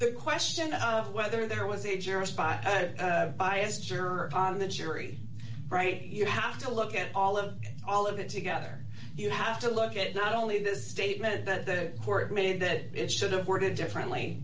the question of whether there was a juror spot bias juror on the jury right you have to look at all of all of it together you have to look at not only this statement that the court made that it should have worded differently